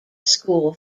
school